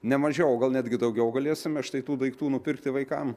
ne mažiau o gal netgi daugiau galėsime štai tų daiktų nupirkti vaikam